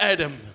Adam